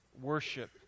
worship